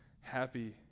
happy